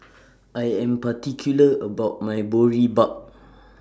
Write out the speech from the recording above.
I Am particular about My Boribap